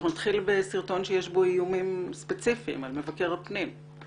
אנחנו נתחיל בסרטון שיש בו איומים ספציפיים על מבקר הפנים,